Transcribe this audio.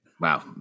Wow